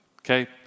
Okay